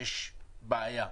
שיש בעיה.